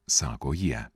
sako jie